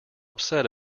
upset